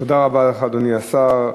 תודה רבה לך, אדוני השר.